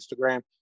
Instagram